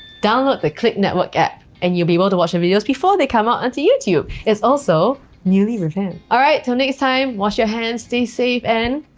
download the clicknetwork app and you'll be able to watch the videos before they come out onto youtube. it's also newly revamped! alright till next time wash your hands stay safe and